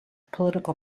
political